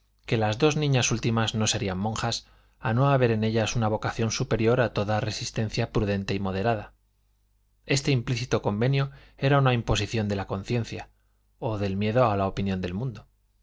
que las dos niñas últimas no serían monjas a no haber en ellas una vocación superior a toda resistencia prudente y moderada este implícito convenio era una imposición de la conciencia o del miedo a la opinión del mundo